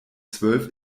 zwölf